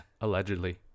allegedly